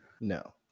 no